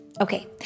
Okay